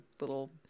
little